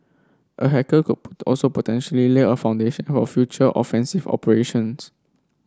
a hacker also potentially lay a foundation for future offensive operations